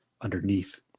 underneath